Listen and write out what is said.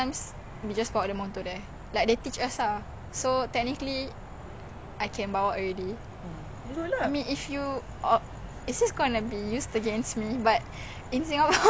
I'm not trying to teach you or what but I have friends lah like you know they just bawa takde lesen as long as you tak tangkap is okay takut risky